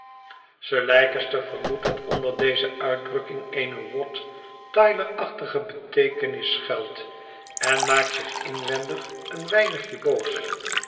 sir leicester vermoedt dat onder deze uitdrukking eene wat tylerachtige beteekenis schuilt en maakt zich inwendig een weinigje boos